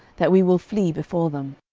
that we will flee before them,